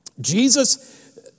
Jesus